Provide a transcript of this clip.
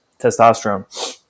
testosterone